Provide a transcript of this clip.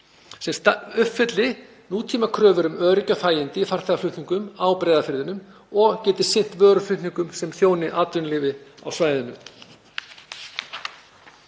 sem uppfyllir nútímakröfur um öryggi og þægindi í farþegaflutningum á Breiðafirðinum og geti sinnt vöruflutningum sem þjóna atvinnulífi á svæðinu.